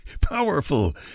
Powerful